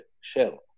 shell